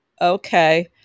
Okay